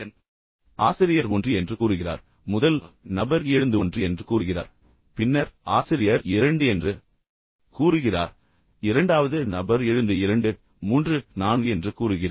எனவே ஆசிரியர் ஒன்று என்று கூறுகிறார் பின்னர் முதல் நபர் எழுந்து ஒன்று என்று கூறுகிறார் பின்னர் ஆசிரியர் இரண்டு என்று கூறுகிறார் இரண்டாவது நபர் எழுந்து இரண்டு மூன்று நான்கு என்று கூறுகிறார்